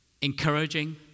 encouraging